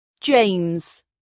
James